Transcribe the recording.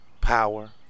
Power